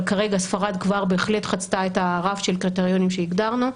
אבל כרגע ספרד כבר בהחלט חצתה את הרף של קריטריונים שהגדרנו.